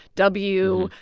w.